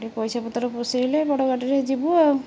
ଟିକେ ପଇସା ପତ୍ର ପୋଷେଇଲେ ବଡ଼ ଗାଡ଼ିରେ ଯିବୁ ଆଉ